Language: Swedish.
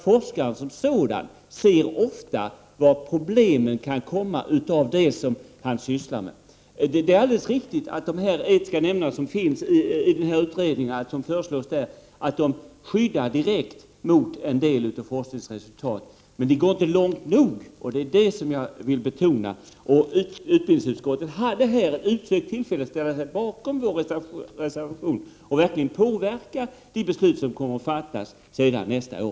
Forskaren ser ofta själv vilka problem som kan komma av det som han sysslar med. Det är alldeles riktigt att de etiska nämnder som föreslås av utredningen skyddar mot en del forskningsresultat, men de går inte långt nog, och det är detta som jag vill betona. Utbildningsutskottet hade här ett utsökt tillfälle att ställa sig bakom vår reservation och verkligen påverka de beslut som kommer att fattas nästa år.